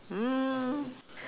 um